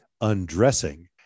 undressing